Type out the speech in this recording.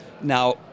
Now